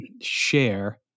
share